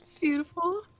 Beautiful